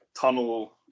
tunnel